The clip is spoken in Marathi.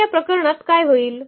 तर या प्रकरणात काय होईल